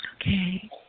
Okay